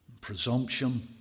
presumption